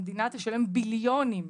המדינה תשלם ביליונים.